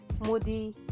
moody